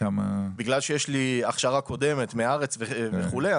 בגלל שיש לי הכשרה קודמת מהארץ וכולי,